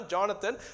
Jonathan